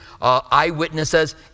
eyewitnesses